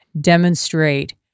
demonstrate